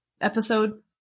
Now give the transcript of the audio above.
episode